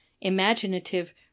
imaginative